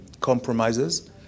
compromises